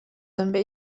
també